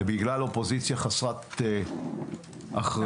בגלל אופוזיציה חסרת אחריות